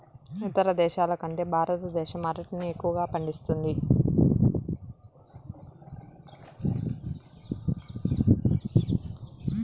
ఇతర దేశాల కంటే భారతదేశం అరటిని ఎక్కువగా పండిస్తుంది